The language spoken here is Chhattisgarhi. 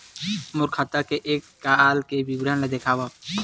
मोर खाता के एक साल के विवरण ल दिखाव?